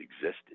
existed